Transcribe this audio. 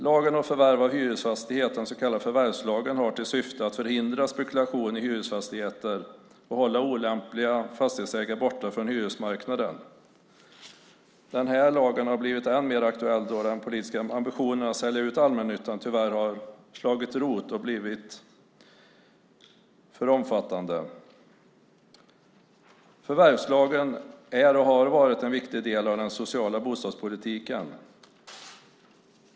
Lagen om förvärv av hyresfastighet, den så kallade förvärvslagen, har till syfte att förhindra spekulation i hyresfastigheter och hålla olämpliga fastighetsägare borta från hyresmarknaden. Denna lag har blivit än mer aktuell då den politiska ambitionen att sälja ut allmännyttan tyvärr har slagit rot och blivit för omfattande. Förvärvslagen är och har varit en viktig del av den sociala bostadspolitiken.